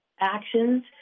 actions